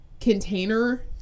container